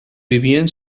vivien